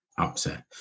upset